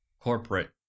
corporate